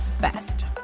best